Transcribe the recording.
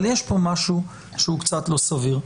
אבל יש פה משהו שהוא קצת לא סביר.